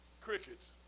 Crickets